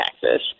taxes